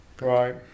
Right